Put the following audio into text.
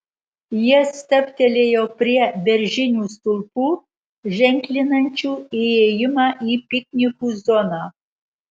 jie stabtelėjo prie beržinių stulpų ženklinančių įėjimą į piknikų zoną